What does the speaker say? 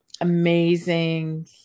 amazing